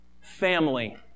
family